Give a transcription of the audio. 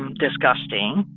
um disgusting.